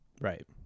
Right